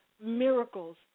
miracles